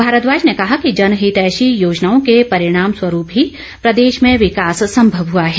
भारद्वाज ने कहा कि जनहितैषी योजनाओं के परिणामस्वरूप ही प्रदेश में विकास सम्भव हआ है